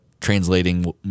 translating